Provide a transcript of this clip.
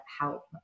help